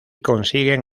consiguen